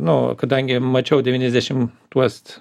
nu kadangi mačiau devyniasdešim tuos